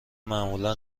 معمولا